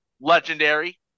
legendary